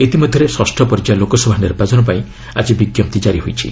ଇତିମଧ୍ୟରେ ଷଷ୍ଠ ପର୍ଯ୍ୟାୟ ଲୋକସଭା ନିର୍ବାଚନ ପାଇଁ ଆଜି ବିଜ୍ଞପ୍ତି ଜାରି ହୋଇଛି